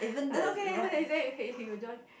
then okay okay then okay he will join